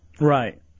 Right